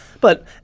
But-